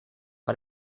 war